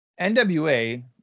NWA